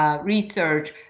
research